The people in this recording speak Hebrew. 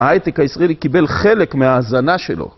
ההיי טק הישראלי קיבל חלק מההזנה שלו.